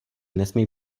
nesmí